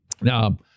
Now